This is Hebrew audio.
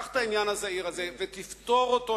קח את העניין הזה ותפתור אותו,